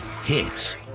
hits